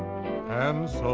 and